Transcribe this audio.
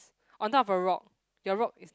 on top of the rock your rock is